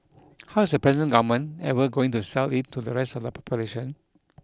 how is the present government ever going to sell it to the rest of the population